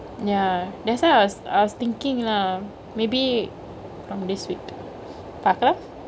ya that's why I was I was thinkingk lah maybe from this week பாக்கலா:paakala